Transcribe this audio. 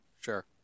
Sure